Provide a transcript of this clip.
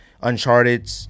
Uncharted